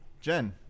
Jen